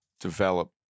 develop